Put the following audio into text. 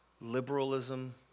liberalism